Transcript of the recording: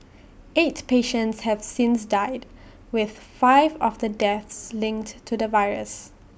eight patients have since died with five of the deaths linked to the virus